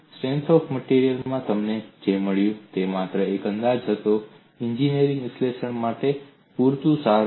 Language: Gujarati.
સ્ટ્રેન્થ ઓફ માટેરિયલ્સ માં તમને જે મળ્યું તે માત્ર એક અંદાજ હતો એન્જિનિયરિંગ વિશ્લેષણ માટે પૂરતું સારું